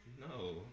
No